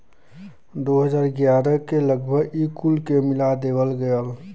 दू हज़ार ग्यारह के लगभग ई कुल के मिला देवल गएल